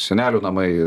senelių namai